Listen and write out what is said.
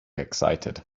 excited